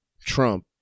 Trump